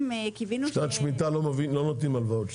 קיווינו --- בשנת שמיטה לא נותנים הלוואות,